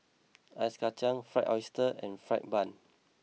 Ice Kachang Fried Oyster And Fried Bun